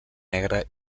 negre